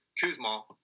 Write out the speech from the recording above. Kuzma